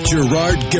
Gerard